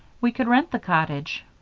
we could rent the cottage.